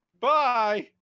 bye